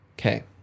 okay